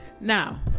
now